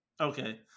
Okay